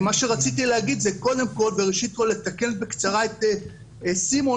מה שרציתי להגיד שקודם כל וראשית כל לתקן בקצרה את סימון